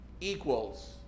equals